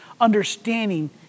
understanding